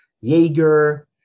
Jaeger